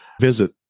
visit